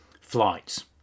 flights